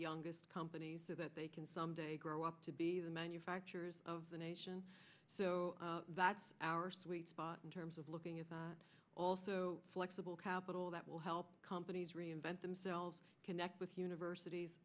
youngest companies so that they can someday grow up to be the manufacturers of the nation so that's our sweet spot in terms of looking at also flexible capital that will help companies reinvent themselves connect with universities